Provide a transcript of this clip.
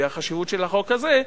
והחשיבות של החוק הזה,